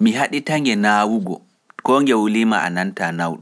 Mi haɗita nge naawugo, koo nge wuliima a nantaa nawde.